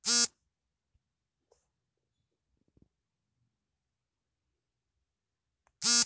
ವಿನಿಮಯ ಕೇಂದ್ರ ಅಥವಾ ಓವರ್ ದಿ ಕೌಂಟರ್ ಮೂಲಕ ಸ್ಪಾಟ್ ಮಾರ್ಕೆಟ್ ಮಾಡಬಹುದು ಎನ್ನುಬಹುದು